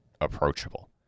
approachable